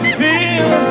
feel